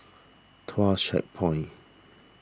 Tuas Checkpoint